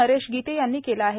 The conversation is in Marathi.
नरेश गिते यांनी केले आहे